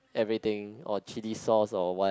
everything or chili sauce or what